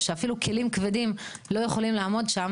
שאפילו כלים כבדים לא יכולים לעמוד שם